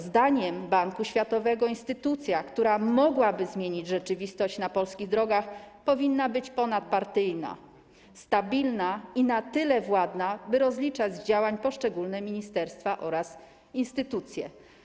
Zdaniem Banku Światowego instytucja, która mogłaby zmienić rzeczywistość na polskich drogach, powinna być ponadpartyjna, stabilna i na tyle władna, by rozliczać z działań poszczególne ministerstwa oraz instytucje.